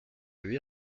huit